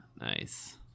Nice